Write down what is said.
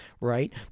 right